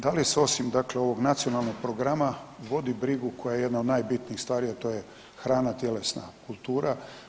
Da li se osim ovog dakle nacionalnog programa vodi brigu koja je jedna od najbitnijih stvari, a to je hrana, tjelesna kultura.